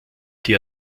die